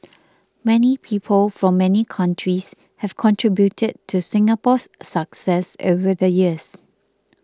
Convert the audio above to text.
many people from many countries have contributed to Singapore's success over the years